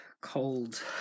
cold